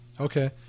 Okay